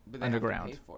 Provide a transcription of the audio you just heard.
underground